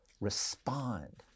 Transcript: respond